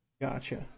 Gotcha